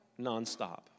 nonstop